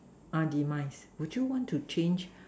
demise would you you want to change